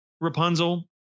Rapunzel